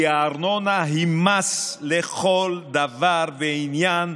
כי הארנונה היא מס לכל דבר ועניין.